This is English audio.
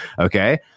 Okay